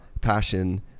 passion